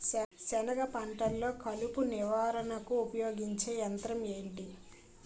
సెనగ పంటలో కలుపు నివారణకు ఉపయోగించే యంత్రం ఏంటి?